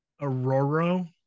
Aurora